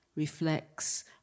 reflects